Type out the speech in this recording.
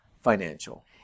financial